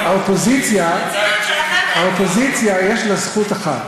השר צודק בנקודה שהוא פתח בה,